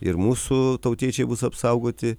ir mūsų tautiečiai bus apsaugoti